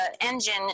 engine